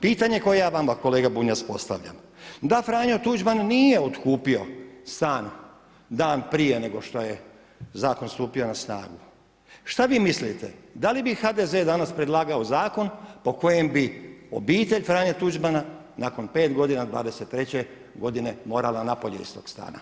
Pitanje koje ja vama kolega Bunjac postavljam, da Franjo Tuđman nije otkupio stan dan prije nego što je zakon stupio na snagu šta vi mislite da li bi HDZ danas predlagao zakon po kojem bi obitelj Franje Tuđmana nakon 5 godina 23 godine morala na polje iz tog stana?